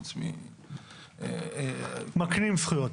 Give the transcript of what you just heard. חוץ מ --- מקנים זכויות,